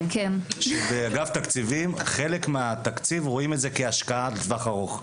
שבאגף תקציבים חלק מהתקציב רואים כהשקעה לטווח ארוך.